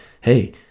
hey